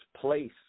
place